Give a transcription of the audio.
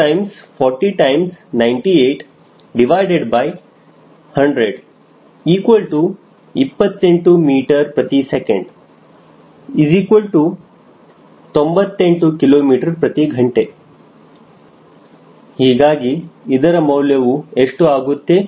Vstall24098101028 ms98 kmh ಹೀಗಾಗಿ ಇದರ ಮೌಲ್ಯವು ಎಷ್ಟು ಆಗುತ್ತೆ